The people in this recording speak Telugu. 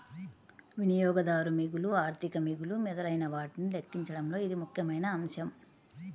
వినియోగదారు మిగులు, ఆర్థిక మిగులు మొదలైనవాటిని లెక్కించడంలో ఇది ముఖ్యమైన అంశం